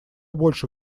больше